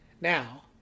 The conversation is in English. Now